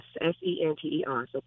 S-E-N-T-E-R